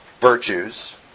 virtues